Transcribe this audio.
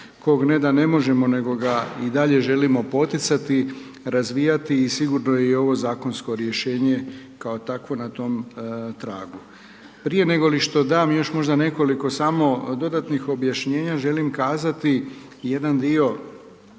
kog ne da ne možemo, nego ga i dalje želimo poticati, razvijati i sigurno je i ovo zakonsko rješenje kao takvo na tom tragu. Prije negoli što dam još možda nekoliko samo dodatnih objašnjenja želim kazati jedan dio